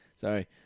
Sorry